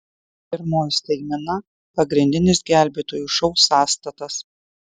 pirmoji staigmena pagrindinis gelbėtojų šou sąstatas